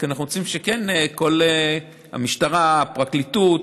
אנחנו רוצים שהמשטרה, הפרקליטות,